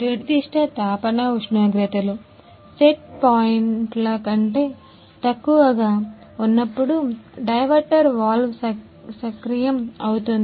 నిర్దిష్ట తాపన ఉష్ణోగ్రతలు సెట్ పాయింట్ల కంటే తక్కువగా ఉన్నప్పుడు డైవర్టర్ వాల్వ్ సక్రియం అవుతుంది